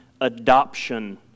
adoption